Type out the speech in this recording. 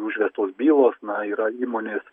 užvestos bylos na yra įmonės